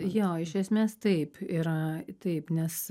jo iš esmės taip yra taip nes